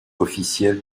officiel